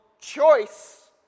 ...choice